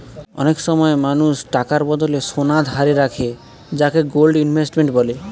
অনেক সময় মানুষ টাকার বদলে সোনা ধারে রাখে যাকে গোল্ড ইনভেস্টমেন্ট বলে